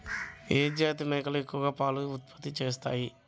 ఏ జాతి మేకలు ఎక్కువ పాలను ఉత్పత్తి చేస్తాయి?